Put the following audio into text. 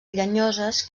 llenyoses